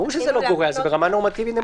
ברור שזה לא גורע, זה ברמה נורמטיבית נמוכה.